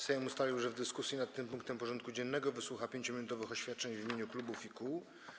Sejm ustalił, że w dyskusji nad tym punktem porządku dziennego wysłucha 5-minutowych oświadczeń w imieniu klubów i kół.